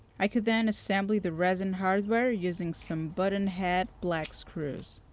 i could then assembly the resin hardware using some button head black screws.